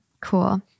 Cool